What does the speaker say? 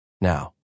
now